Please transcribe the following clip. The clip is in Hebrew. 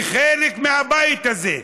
כחלק מהבית הזה,